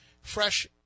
fresh